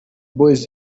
boyz